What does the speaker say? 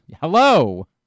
hello